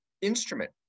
instrument